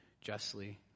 justly